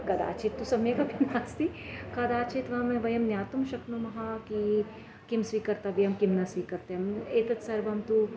कदाचित्तु सम्यक् अपि नास्ति कदाचित् वयं वयं ज्ञातुं शक्नुमः किं किं स्वीकर्तव्यं किं न स्वीकर्त्यम् एतत् सर्वं तु